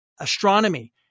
astronomy